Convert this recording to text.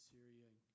Syria